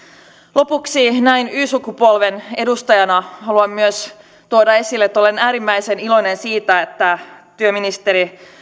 lopuksi näin y sukupolven edustajana haluan myös tuoda esille että olen äärimmäisen iloinen siitä että työministeri